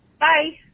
Bye